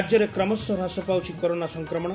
ରାଜ୍ୟରେ କ୍ରମଶଃ ହ୍ରାସ ପାଉଛି କରୋନା ସଂକ୍ରମଶ